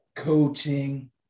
coaching